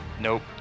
Nope